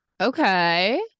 okay